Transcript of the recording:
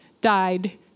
died